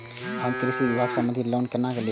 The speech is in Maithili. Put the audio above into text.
हम कृषि विभाग संबंधी लोन केना लैब?